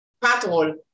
patrol